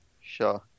sure